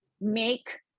make